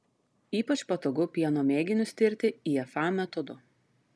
ypač patogu pieno mėginius tirti ifa metodu